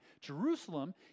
Jerusalem